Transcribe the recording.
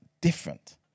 different